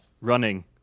Running